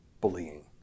bullying